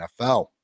NFL